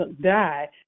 die